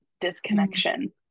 disconnection